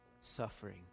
suffering